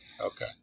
Okay